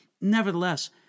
Nevertheless